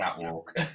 catwalk